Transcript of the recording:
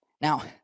Now